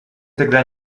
тогда